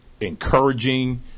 encouraging